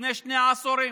לפני שני עשורים,